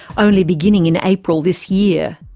only beginning in april this year.